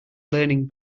learning